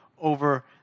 over